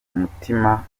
umutima